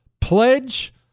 pledge